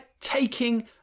taking